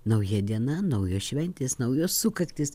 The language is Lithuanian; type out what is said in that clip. nauja diena naujos šventės naujos sukaktys